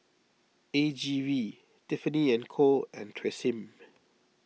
A G V Tiffany and Co and Tresemme